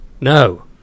No